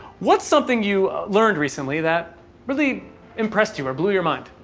what's something you learned recently that really impressed you or blew your mind?